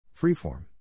Freeform